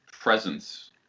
presence